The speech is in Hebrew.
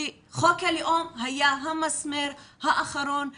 וחוק הלאום היה המסמר האחרון בארון,